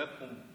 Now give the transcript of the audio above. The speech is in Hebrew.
לא יקום.